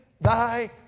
Thy